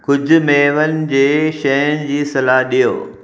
कुझु मेवनि जे शयुनि जी सलाह ॾियो